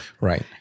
Right